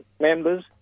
members